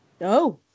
No